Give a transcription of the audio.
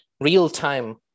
real-time